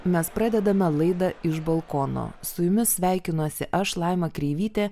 mes pradedame laidą iš balkono su jumis sveikinuosi aš laima kreivytė